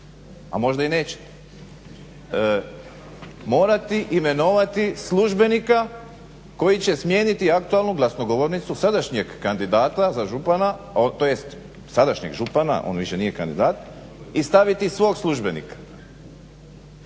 a možda i nećete, morati imenovati službenika koji će smijeniti aktualno glasnogovornicu sadašnjeg kandidata za župana tj. sadašnjeg župana on više nije kandidat i staviti svog službenika.